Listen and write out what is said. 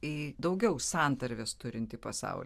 į daugiau santarvės turintį pasaulį